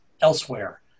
elsewhere